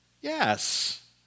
yes